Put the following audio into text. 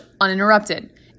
uninterrupted